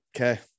okay